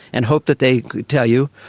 and hope that they could tell you,